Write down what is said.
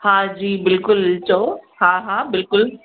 हा जी बिल्कुलु चओ हा हा बिल्कुलु